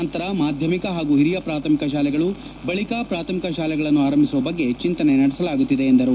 ನಂತರ ಮಾಧ್ಯಮಿಕ ಹಾಗೂ ಓರಿಯ ಪ್ರೌಢಮಿಕ ಶಾಲೆಗಳು ಬಳಿಕ ಪ್ರಾಥಮಿಕ ಶಾಲೆಗಳನ್ನು ಆರಂಭಿಸುವ ಬಗ್ಗೆ ಚಿಂತನೆ ನಡೆಸಲಾಗುತ್ತಿದೆ ಎಂದರು